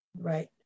right